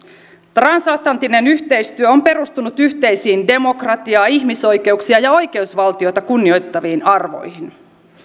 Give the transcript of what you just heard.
transatlanttinen yhteistyö on perustunut yhteisiin demokratiaa ihmisoikeuksia ja oikeusvaltiota kunnioittaviin arvoihin